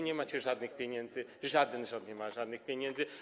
Nie macie żadnych pieniędzy, żaden rząd nie ma żadnych pieniędzy.